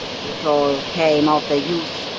it all came of the youth,